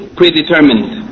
predetermined